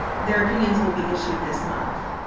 their opinions will be issued this month.